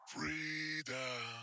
Freedom